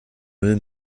müll